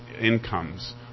incomes